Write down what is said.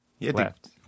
Left